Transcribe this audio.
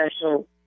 special